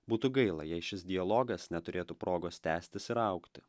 būtų gaila jei šis dialogas neturėtų progos tęstis ir augti